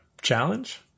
challenge